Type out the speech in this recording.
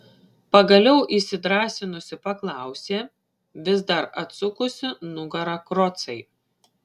pagaliau įsidrąsinusi paklausė vis dar atsukusi nugarą krocai